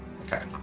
Okay